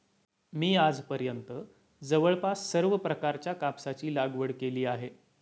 मी आजपर्यंत जवळपास सर्व प्रकारच्या कापसाची लागवड केली आहे